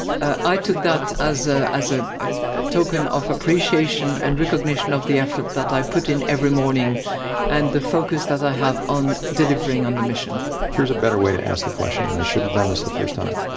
i took that as ah as ah ah a token of appreciation and recognition of the effort that i put in every morning and the focus that i have on delivering on the mission here's a better way to ask the question, and i should've done this the first time.